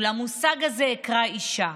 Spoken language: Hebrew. ולמושג הזה אקרא 'אישה'.